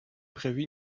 prévue